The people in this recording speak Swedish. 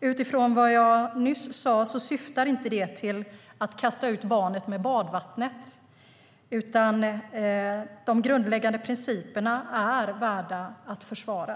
Utifrån vad jag nyss sade syftar det inte till att kasta ut barnet med badvattnet - de grundläggande principerna är värda att försvara.